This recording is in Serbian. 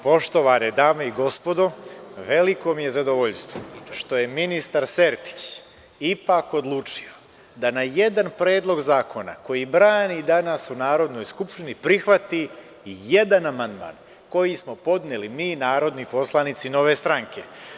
Poštovane dame i gospodo, veliko mi je zadovoljstvo što je ministar Sertić ipak odlučio da na jedan predlog zakona koji brani danas u Narodnoj skupštini prihvati jedan amandman koji smo podneli mi narodni poslanici Nove stranke.